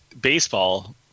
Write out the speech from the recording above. baseball